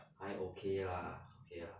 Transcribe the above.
还 okay lah okay lah